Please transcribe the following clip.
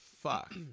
fuck